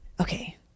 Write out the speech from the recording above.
Okay